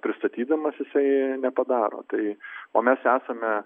pristatydamas jisai nepadaro tai o mes esame